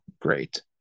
great